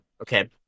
okay